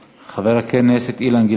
חבר הכנסת אילן גילאון,